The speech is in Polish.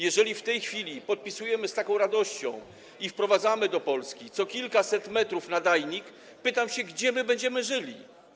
Jeżeli w tej chwili podpisujemy z taką radością i wprowadzamy do Polski co kilkaset metrów nadajnik, to pytam, gdzie będziemy żyli.